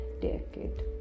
decade